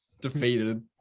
defeated